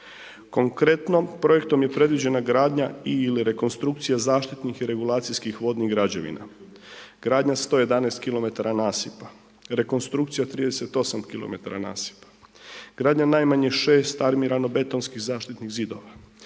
Konkretno projektom je predviđena gradnja i/ili rekonstrukcija zaštitnih i regulacijskih vodnih građevina. Gradnja 111 km nasipa, rekonstrukcija 38 km nasipa, gradnja najmanje 6 armirano-betonskih zaštitnih zidova,